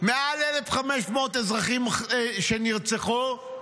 מעל 1,500 אזרחים שנרצחו,